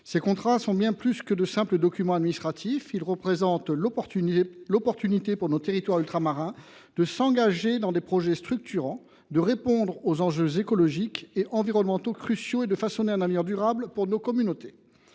vie outre mer ». Bien plus que de simples documents administratifs, ces contrats sont une opportunité pour nos territoires ultramarins de s’engager dans des projets structurants, de répondre aux enjeux écologiques et environnementaux cruciaux et de façonner un avenir durable pour nos communautés.